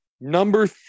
Number